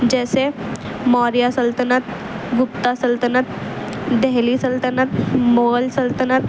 جیسے موریہ سلطنت گپتا سلطنت دہلی سلطنت مغل سلطنت